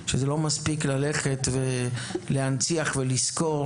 שזה לא מספיק ללכת להנציח ולזכור